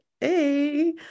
Hey